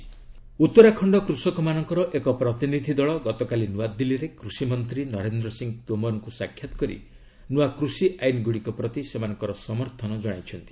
Uttarakhand farm ଲ' ଉତ୍ତରାଖଣ୍ଡ କୃଷକମାନଙ୍କର ଏକ ପ୍ରତିନିଧ୍ୟ ଦଳ ଗତକାଲି ନ୍ନଆଦିଲ୍ଲୀରେ କୃଷିମନ୍ତ୍ରୀ ନରେନ୍ଦ୍ର ସିଂହ ତୋମରଙ୍କୁ ସାକ୍ଷାତ୍ କରି ନ୍ନଆ କୃଷି ଆଇନଗୁଡ଼ିକ ପ୍ରତି ସେମାନଙ୍କର ସମର୍ଥ ଜଣାଇଛନ୍ତି